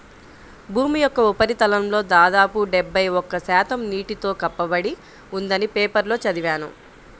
భూమి యొక్క ఉపరితలంలో దాదాపు డెబ్బై ఒక్క శాతం నీటితో కప్పబడి ఉందని పేపర్లో చదివాను